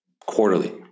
quarterly